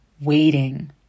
waiting